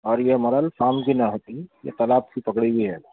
اور یہ murrel farm کی نہ ہوتی یہ تالاب کی پکڑی ہوئی ہے